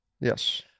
Yes